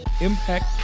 impact